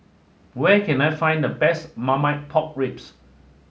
where can I find the best Marmite Pork Ribs